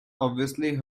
obviously